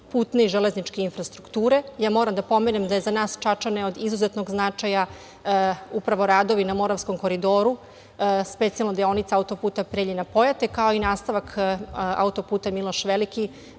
putne i železničke infrastrukture. Moram da pomenem da su za nas Čačane od izuzetnog značaja upravo radovi na Moravskom koridoru, specijalno deonica autoputa Preljina-Pojate, kao i nastavak autoputa Miloš Veliki,